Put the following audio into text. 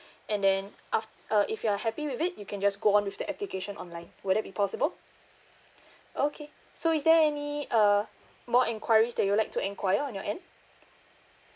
and then af~ uh if you're happy with it you can just go on with the application online would that be possible okay so is there any uh more enquiries that you like to enquire on your end